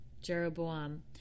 Jeroboam